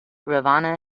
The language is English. ravana